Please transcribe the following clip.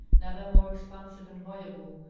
never more expansive and voluble,